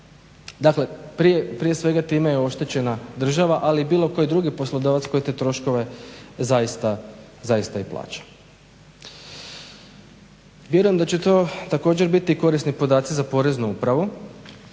Dakle, prije svega time je oštećena država, ali i bilo koji drugi poslodavac koji te troškove zaista i plaća. Vjerujem da će to također biti korisni podaci za Poreznu upravu.